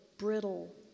brittle